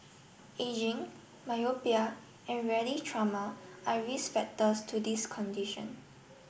ageing myopia and rarely trauma are risk factors to this condition